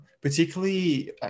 particularly